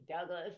Douglas